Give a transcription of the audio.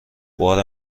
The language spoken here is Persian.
بار